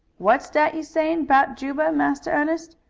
what's dat you sayin' about juba, massa ernest?